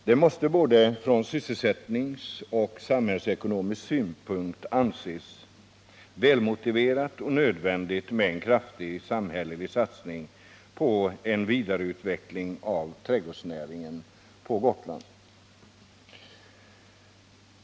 Det måste från såväl sysselsättningssom samhällsekonomisk synpunkt anses välmotiverat och nödvändigt med en kraftig samhällelig satsning på en vidareutveckling av trädgårdsnäringen på Gotland.